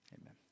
Amen